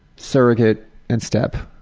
surrogate and step.